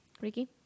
Ricky